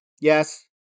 Yes